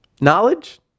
Knowledge